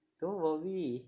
don't worry